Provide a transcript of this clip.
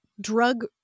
drug